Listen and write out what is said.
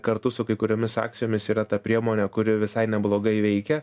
kartu su kai kuriomis akcijomis yra ta priemonė kuri visai neblogai veikia